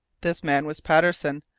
this man was patterson,